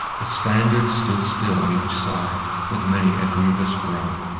the standards stood still on each side with many a grievous groan,